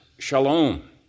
shalom